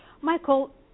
Michael